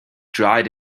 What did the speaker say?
dried